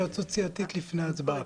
אני רוצה התייעצות סיעתית לפני ההצבעה.